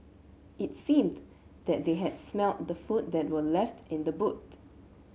it seemed that they had smelt the food that were left in the boot